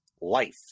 life